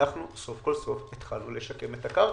אנחנו סוף-סוף התחלנו לשקם את הקרקע,